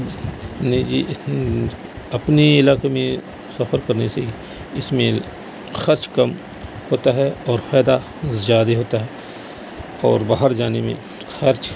نجی اپنے علاقے میں سفر کرنے سے اس میں خرچ کم ہوتا ہے اور فائدہ زیائدہ ہوتا ہے اور باہر جانے میں خرچ